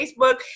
Facebook